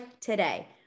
today